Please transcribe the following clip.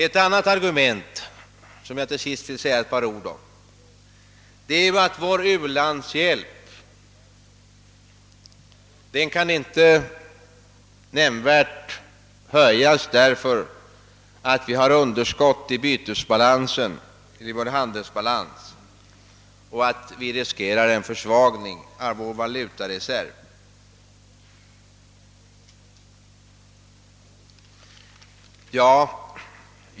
Ett annat argument som jag till sist vill säga ett par ord om är att vår ulandshjälp inte kan höjas nämnvärt därför att vi har ett underskott i bytesbalansen; vi skulle då riskera en minskning av vår valutareserv.